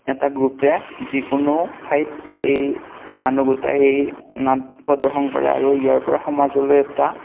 এটা গ্ৰুপে যিকোনো ঠাইত এই মানুহ গোটাই এই নাট প্ৰদৰ্শন কৰে আৰু ইয়াৰ পৰা সমাজলৈ এটা